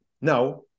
now